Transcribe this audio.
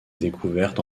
découverte